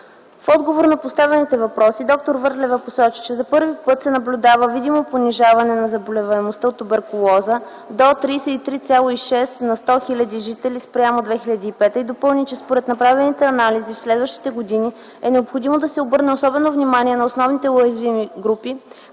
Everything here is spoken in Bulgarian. В отговор на поставените въпроси д-р Върлева посочи, че за първи път се наблюдава видимо понижаване на заболеваемостта от туберкулоза до 33,6 на 100 хил. жители спрямо 2005 г. и допълни, че според направените анализи в следващите години е необходимо да се обърне особено внимание на основните уязвими групи,